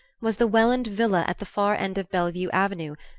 was the welland villa at the far end of bellevue avenue,